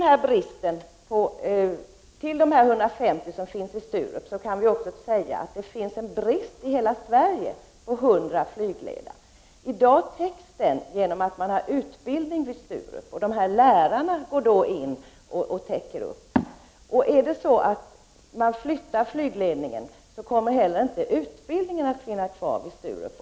Förutom dessa 150 på Sturup kan vi säga att det finns en brist i hela Sverige på 100 flygledare. I dag löses det eftersom man har utbildning vid Sturup och lärarna går in och täcker bristen. Om man flyttar flygledningen kommer utbildningen inte längre att finnas kvar vid Sturup.